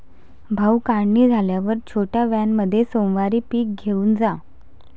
भाऊ, काढणी झाल्यावर छोट्या व्हॅनमध्ये सोमवारी पीक घेऊन जा